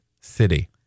city